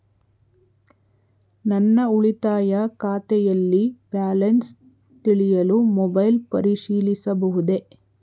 ನನ್ನ ಉಳಿತಾಯ ಖಾತೆಯಲ್ಲಿ ಬ್ಯಾಲೆನ್ಸ ತಿಳಿಯಲು ಮೊಬೈಲ್ ಪರಿಶೀಲಿಸಬಹುದೇ?